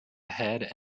ahead